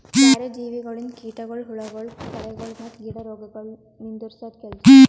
ಬ್ಯಾರೆ ಜೀವಿಗೊಳಿಂದ್ ಕೀಟಗೊಳ್, ಹುಳಗೊಳ್, ಕಳೆಗೊಳ್ ಮತ್ತ್ ಗಿಡ ರೋಗಗೊಳ್ ನಿಂದುರ್ಸದ್ ಕೆಲಸ